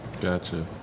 Gotcha